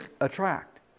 attract